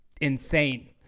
insane